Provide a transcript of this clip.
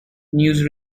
news